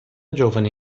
giovane